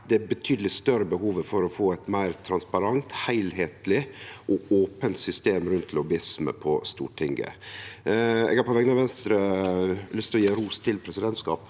det betydeleg større behovet for å få eit meir transparent, heilskapleg og ope system rundt lobbyisme på Stortinget. Eg har på vegner av Venstre lyst til å gi ros til presidentskapet